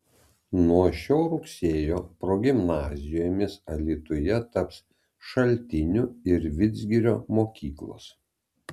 nuo šio rugsėjo progimnazijomis alytuje taps šaltinių ir vidzgirio mokyklos